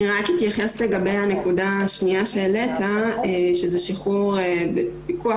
אני אתייחס לנקודה השניה שהעלית שזה פיקוח